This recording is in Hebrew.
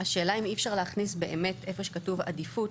השאלה אם אי אפשר להכניס באמת איפה שכתוב עדיפות,